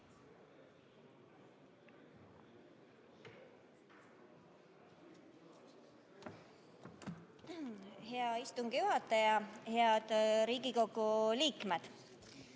Hea istungi juhataja! Head Riigikogu liikmed!